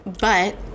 But-